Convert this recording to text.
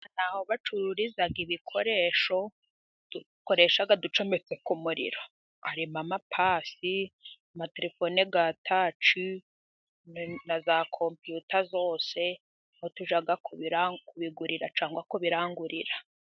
Aho bacururiza ibikoresho dukoresha ducometse ku muriro harimo amapasi, amaterefone ya taci na za kopiyuta zose niho tujya kuzirangurira cyangwa kubirangurira.